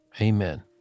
Amen